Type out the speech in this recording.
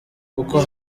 kuko